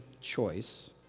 choice